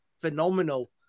phenomenal